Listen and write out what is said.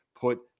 put